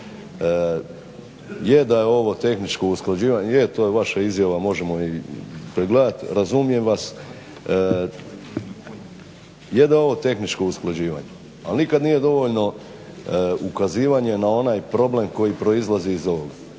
Je da je ovo tehničko usklađivanje, je to je vaša izjava, možemo ju i pregledati, razumijem vas, je da je ovo tehničko usklađivanje ali nikada nije dovoljno ukazivanje na onaj problem koji proizlazi iz ovoga.